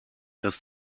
dass